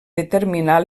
determinar